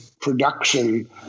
production